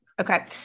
Okay